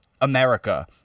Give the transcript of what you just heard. America